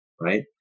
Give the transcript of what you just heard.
right